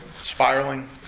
spiraling